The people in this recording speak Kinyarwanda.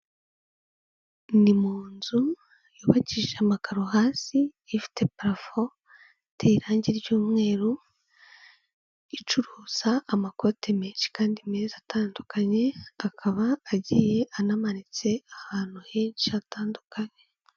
Ni mu nzu yubakishije amakaro hasi ifite parafo iteye irangi ry'umweru, icuruza amakoti menshi kandi meza atandukanye, akaba agiye anamanitse ahantu henshi hatandukanye.